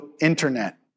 internet